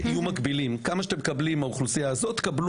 כמה שאתם מקבלים מהאוכלוסייה הזו תקבלו